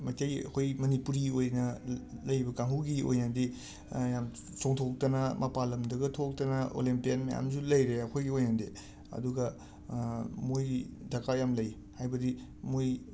ꯃꯩꯇꯩ ꯑꯩꯈꯣꯏ ꯃꯅꯤꯄꯨꯔꯤ ꯑꯣꯏꯅ ꯂ ꯂꯩꯕ ꯀꯥꯡꯒꯨꯒꯤ ꯑꯣꯏꯅꯗꯤ ꯌꯥꯝ ꯆꯣꯡꯊꯣꯛꯇꯅ ꯃꯄꯥꯜ ꯂꯝꯗꯒ ꯊꯣꯛꯇꯅ ꯑꯣꯂꯦꯝꯄꯤꯌꯥꯟ ꯃꯌꯥꯝꯖꯨ ꯂꯩꯔꯦ ꯑꯩꯈꯣꯏꯒꯤ ꯑꯣꯏꯅꯗꯤ ꯑꯗꯨꯒ ꯃꯣꯏ ꯗꯔꯀꯥꯔ ꯌꯥꯝ ꯂꯩ ꯍꯥꯏꯕꯗꯤ ꯃꯣꯏ